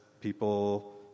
people